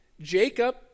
Jacob